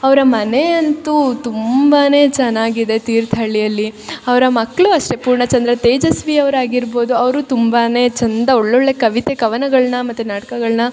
ಅವರ ಮನೆ ಅಂತೂ ತುಂಬಾ ಚೆನ್ನಾಗಿದೆ ತೀರ್ಥಹಳ್ಳಿಯಲ್ಲಿ ಅವರ ಮಕ್ಕಳು ಅಷ್ಟೇ ಪೂರ್ಣಚಂದ್ರ ತೇಜಸ್ವಿ ಅವ್ರ ಆಗಿರ್ಬೋದು ಅವರು ತುಂಬಾ ಚಂದ ಒಳ್ಳೊಳ್ಳೆ ಕವಿತೆ ಕವನಗಳ್ನ ಮತ್ತು ನಾಟಕಗಳ್ನ